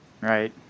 right